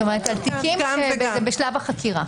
תיקים שזה בשלב החקירה.